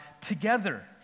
together